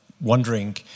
wondering